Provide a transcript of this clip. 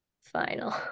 final